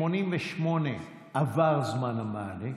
88, עבר זמן המענה,